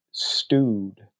stewed